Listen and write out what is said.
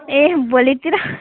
ए भोलितिर